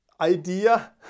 idea